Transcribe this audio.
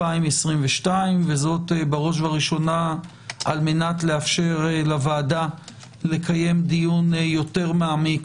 וזאת בראש ובראשונה על-מנת לאפשר לוועדה לקיים דיון יותר מעמיק